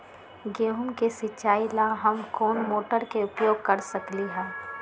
गेंहू के सिचाई ला हम कोंन मोटर के उपयोग कर सकली ह?